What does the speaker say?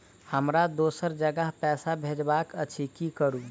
हमरा दोसर जगह पैसा भेजबाक अछि की करू?